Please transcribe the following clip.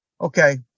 Okay